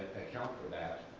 account for that,